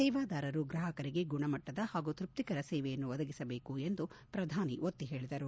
ಸೇವಾದಾರರು ಗ್ರಾಹಕರಿಗೆ ಗುಣಮಟ್ಟದ ಹಾಗೂ ತ್ಯಪ್ತಿಕರ ಸೇವೆಯನ್ನು ಒದಗಿಸಬೇಕು ಎಂದು ಶ್ರಧಾನಿ ಒತ್ತಿ ಹೇಳಿದರು